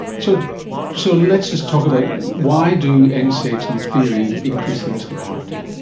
so so let's just talk about why do and nsaids, in theory, increase the risk of a heart attack?